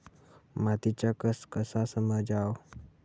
मातीचा कस कसा समजाव?